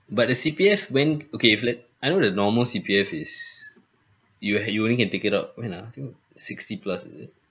but the C_P_F when okay if let I know the normal C_P_F is you had you only can take it out when ah think sixty plus is it